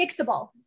fixable